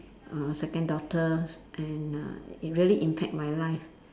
uh second daughter and uh it really impact my life